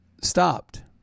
stopped